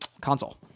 console